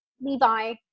Levi